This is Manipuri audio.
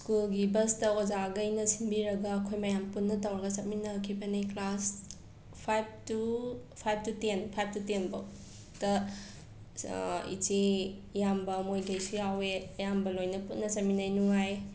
ꯁ꯭ꯀꯨꯜꯒꯤ ꯕꯁꯇ ꯑꯣꯖꯥꯈꯩꯅ ꯁꯤꯟꯕꯤꯔꯒ ꯑꯩꯈꯣꯏ ꯃꯌꯥꯝ ꯄꯨꯟꯅ ꯇꯧꯔꯒ ꯆꯠꯃꯤꯟꯅꯈꯤꯕꯅꯦ class five to five to ten five to ꯇꯦꯟꯐꯥꯎꯗ ꯏꯆꯦ ꯏꯌꯥꯝꯕ ꯃꯣꯏꯒꯩꯁꯨ ꯌꯥꯎꯋꯦ ꯑꯌꯥꯝꯕ ꯂꯣꯏꯅ ꯄꯨꯟꯅ ꯆꯠꯃꯤꯟꯅꯩ ꯅꯨꯡꯉꯥꯏ